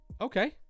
Okay